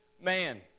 man